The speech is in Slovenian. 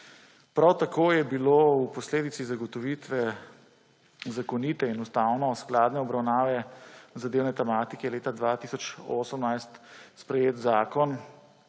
Prav tako je bil kot posledica zagotovitve zakonite in ustavno skladne obravnave zadevne tematike leta 2018 sprejet Zakon